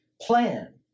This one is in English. plan